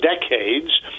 decades